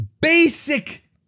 basic